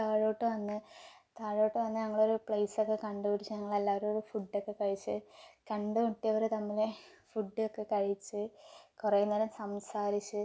താഴോട്ട് വന്ന് താഴോട്ട് വന്ന് ഞങ്ങളൊരു പ്ലേസൊക്കെ കണ്ടു പിടിച്ച് ഞങ്ങൾ എല്ലാവരും കൂടി ഫുഡ്ഡൊക്കെ കഴിച്ച് കണ്ടു മുട്ടിയവർ തമ്മിൽ ഫുഡ്ഡൊക്കെ കഴിച്ച് കുറേ നേരം സംസാരിച്ച്